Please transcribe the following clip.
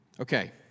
Okay